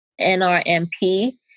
NRMP